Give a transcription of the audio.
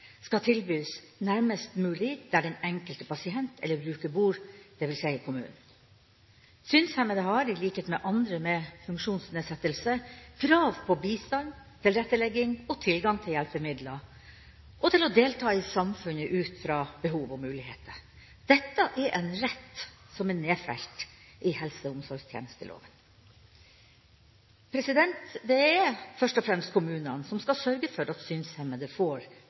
skal tilbys nærmest mulig der den enkelte pasient eller bruker bor, dvs. i kommunen. Synshemmede har, i likhet med andre med funksjonsnedsettelse, krav på bistand, tilrettelegging og tilgang på hjelpemidler, og til å delta i samfunnet ut fra behov og muligheter. Dette er en rett som er nedfelt i helse- og omsorgstjenesteloven. Det er først og fremst kommunene som skal sørge for at synshemmede får